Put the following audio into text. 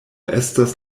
estas